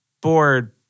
bored